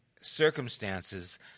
circumstances